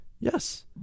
Yes